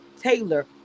Taylor